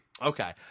Okay